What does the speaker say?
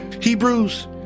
Hebrews